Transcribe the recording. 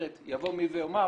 אחרת יבוא מי ויאמר